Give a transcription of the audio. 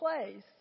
place